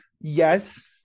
yes